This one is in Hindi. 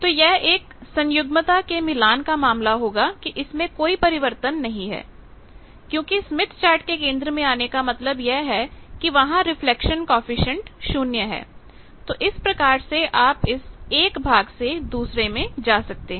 तो यह एक सन्युग्मता के मिलान का मामला होगा कि इसमें कोई परिवर्तन नहीं है क्योंकि स्मिथ चार्ट के केंद्र में आने का मतलब यह है कि वहां रिफ्लेक्शन कॉएफिशिएंट 0 है तो इस प्रकार से आप इस एक भाग से दूसरे में जा सकते हैं